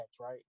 Right